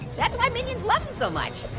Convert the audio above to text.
that's why minions love them so much,